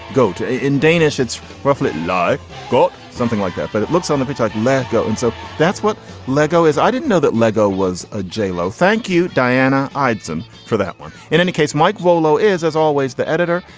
go to a in danish. it's roughly like got something like that, but it looks on the pitch ah laca. and so that's what lego is. i didn't know that lego was a j lo. thank you. diana idm for that one. in any case, mike volo is, as always, the editor.